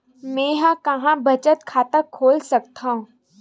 मेंहा कहां बचत खाता खोल सकथव?